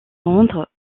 rendre